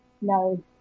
No